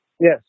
yes